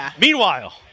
Meanwhile